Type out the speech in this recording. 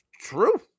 True